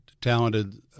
talented